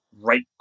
right